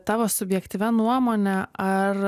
tavo subjektyvia nuomone ar